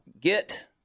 get